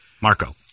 Marco